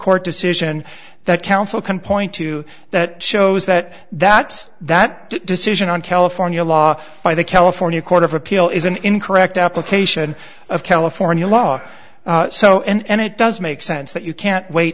court decision that council can point to that shows that that that decision on california law by the california court of appeal is an incorrect application of california law so and it does make sense that you can't wait